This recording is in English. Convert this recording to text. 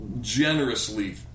generously